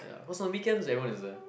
ya cause on weekends that wasn't